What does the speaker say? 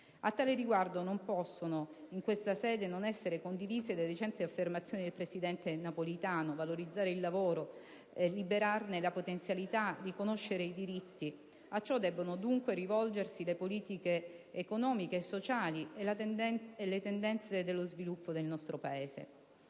A tal riguardo non possono in questa sede non essere condivise le recenti affermazioni del presidente Napolitano: valorizzare il lavoro, liberarne la potenzialità, riconoscere i diritti. A ciò debbono comunque rivolgersi le politiche economiche e sociali e le tendenze dello sviluppo del nostro Paese.